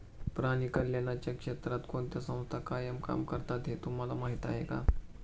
प्राणी कल्याणाच्या क्षेत्रात कोणत्या संस्था काय काम करतात हे तुम्हाला माहीत आहे का?